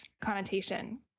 connotation